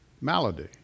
malady